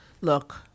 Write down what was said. look